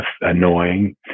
annoying